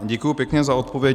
Děkuji pěkně za odpověď.